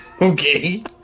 Okay